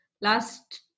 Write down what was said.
last